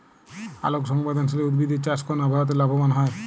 আলোক সংবেদশীল উদ্ভিদ এর চাষ কোন আবহাওয়াতে লাভবান হয়?